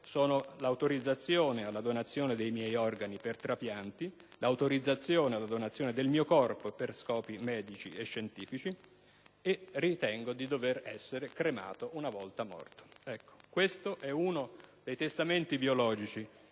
sono l'autorizzazione alla donazione dei miei organi per trapianti e l'autorizzazione alla donazione del mio corpo per scopi medici e scientifici. Ritengo di dover essere cremato una volta morto». Questo è uno dei testamenti biologici